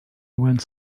went